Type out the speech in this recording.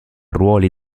ruoli